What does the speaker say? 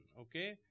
okay